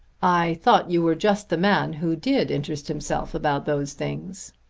i thought you were just the man who did interest himself about those things.